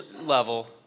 level